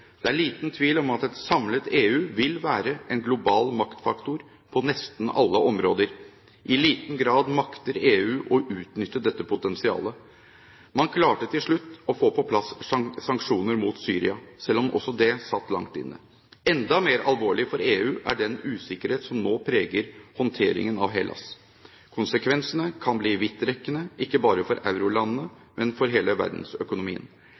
Det er liten tvil om at et samlet EU vil være en global maktfaktor på nesten alle områder. I liten grad makter EU å utnytte dette potensialet. Man klarte til slutt å få på plass sanksjoner mot Syria, selv om også det satt langt inne. Enda mer alvorlig for EU er den usikkerhet som nå preger håndteringen av Hellas. Konsekvensene kan bli vidtrekkende, ikke bare for eurolandene, men for hele verdensøkonomien.